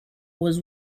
was